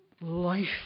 life